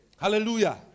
Hallelujah